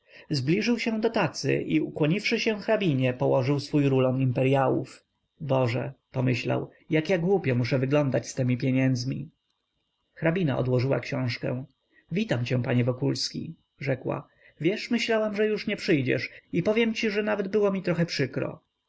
zbliżył się do tacy i ukłoniwszy się hrabinie położył swój rulon imperyałów boże pomyślał jak ja głupio muszę wyglądać z temi pieniędzmi hrabina odłożyła książkę witam cię panie wokulski rzekła wiesz myślałam że już nie przyjdziesz i powiem ci że nawet było mi trochę przykro